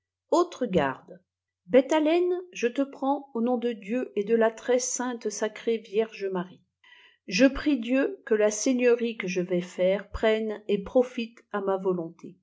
autre garde c bête à laine je te prends au nom de dieu et de la très-sainte sacrée yierge marie je prie dieu que la seigneurie que je vais faire prenne et profite à ma volonté